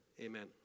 Amen